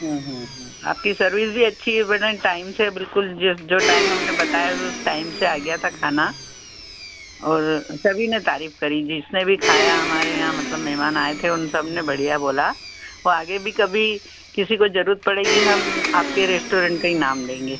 हाँ हाँ हाँ आपकी सर्विस भी अच्छी है बड़े टाइम से बिल्कुल जो जो टाइम हमने बताया था उस टाइम से आ गया था खाना और सभी ने तारीफ करी जिसने भी खाया हमारे यहाँ मतलब मेहमान आए थे उन सबने बढ़िया बोला वो आगे भी कभी किसी को जरूरत पड़ेगी हम आपके रेस्टोरेंट का ही नाम लेंगे